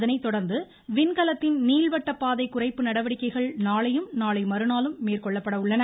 அதனைத் தொடர்ந்து விண்கலத்தின் நீள்வட்டப் பாதை குறைப்பு நடவடிக்கைகள் நாளையும் நாளைமறுநாளும் மேற்கொள்ளப்பட உள்ளன